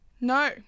No